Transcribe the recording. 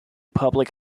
public